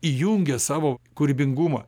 įjungia savo kūrybingumą